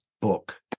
book